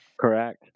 Correct